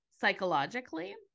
psychologically